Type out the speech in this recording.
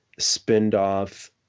spinoff